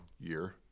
year